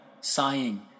sighing